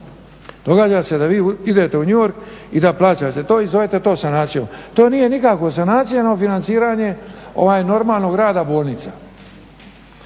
Događa se da vi idete u New York i da plaćate to i zovete to sanacijom. To nije nikako sanacija no financiranje ovaj normalnog rada bolnica.